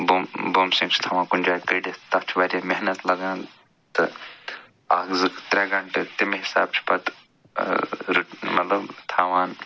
بُم بُمسِن چھِ تھاوان کُنہِ جایہِ کٔڑِتھ تَتھ چھِ واریاہ محنت لگان تہٕ اَکھ زٕ ترٛےٚ گَنٛٹہٕ تَمی حِسابہٕ چھِ پتہٕ مطلب تھاوان